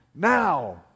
Now